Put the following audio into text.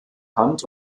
hand